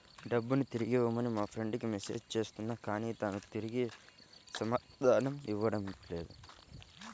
డబ్బుని తిరిగివ్వమని మా ఫ్రెండ్ కి మెసేజ్ చేస్తున్నా కానీ తాను తిరిగి సమాధానం ఇవ్వట్లేదు